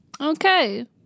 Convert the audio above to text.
Okay